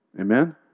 Amen